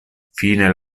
fine